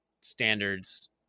standards